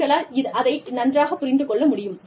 உங்களால் அதை நன்றாகப் புரிந்து கொள்ள முடியும்